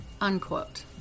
unquote